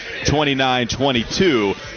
29-22